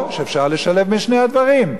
או שאפשר לשלב בין שני הדברים.